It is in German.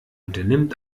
unternimmt